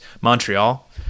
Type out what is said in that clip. Montreal